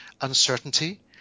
uncertainty